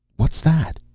what's that?